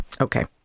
okay